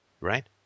Right